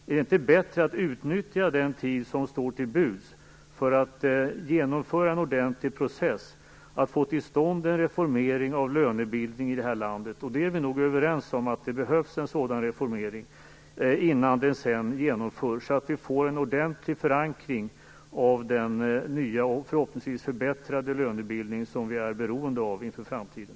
Är det inte bättre att utnyttja den tid som står till buds för att genomföra en ordentlig process för att få till stånd en reformering av lönebildningen i det här landet - vi är överens om att det behövs en sådan reformering? På det viset kan man få en ordentlig förankring för den nya och förhoppningsvis förbättrade lönebildning som vi är beroende av inför framtiden.